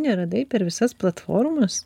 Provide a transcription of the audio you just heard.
neradai per visas platformas